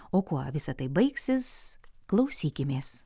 o kuo visa tai baigsis klausykimės